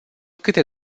câte